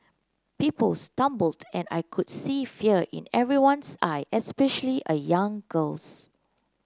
people stumbled and I could see fear in everyone's eye especially a young girl's